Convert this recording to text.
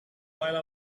while